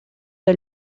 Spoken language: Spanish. del